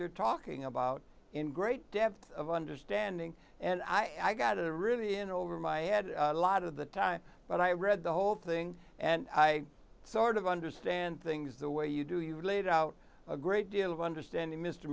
you're talking about in great depth of understanding and i got a really in over my head a lot of the time but i read the whole thing and i sort of understand things the way you do you laid out a great deal of understanding mr